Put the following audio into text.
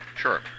Sure